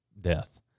death